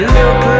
look